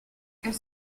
elle